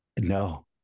No